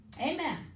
amen